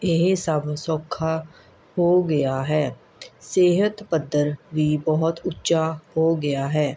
ਇਹ ਸਭ ਸੌਖਾ ਹੋ ਗਿਆ ਹੈ ਸਿਹਤ ਪੱਧਰ ਵੀ ਬਹੁਤ ਉੱਚਾ ਹੋ ਗਿਆ ਹੈ